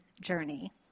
journey